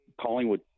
Collingwood